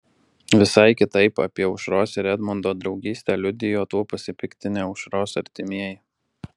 visai kitaip apie aušros ir edmundo draugystę liudijo tuo pasipiktinę aušros artimieji